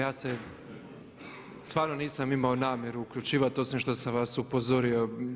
Pa ja se, stvarno nisam imao namjeru uključivati osim što sam vas upozorio.